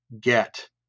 get